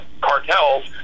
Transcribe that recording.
cartels